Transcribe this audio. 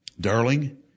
darling